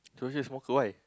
told you smoke why